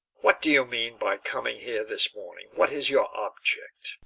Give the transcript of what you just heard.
what do you mean by coming here this morning? what is your object?